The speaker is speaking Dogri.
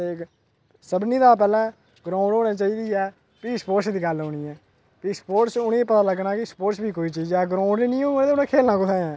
ते सभनें तां पैह्लै ग्राउंड होनी चाहिदी ऐ फ्ही स्पोर्टस दी गल्ल औनी ऐ फ्ही स्पोर्टस उ'नें ई पता लग्गना कि स्पोर्टस बी कोई चीज ऐ ग्राउंड गै निं होग तां उ'नें खेलना गै कुत्थै ऐ